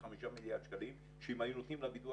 ו-5 מיליארד שקלים שאם היו נותנים לביטוח